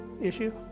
issue